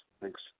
Thanks